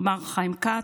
מר חיים כץ,